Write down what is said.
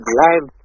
live